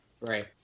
Right